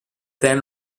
then